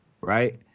Right